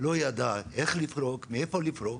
לא ידע איך לפרוק, מאיפה לפרוק,